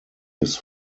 his